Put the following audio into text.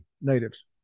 natives